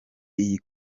iyi